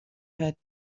het